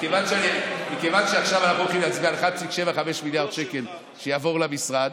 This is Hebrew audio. מכיוון שעכשיו אנחנו הולכים להצביע על 1.75 מיליארד שקל שיעברו למשרד,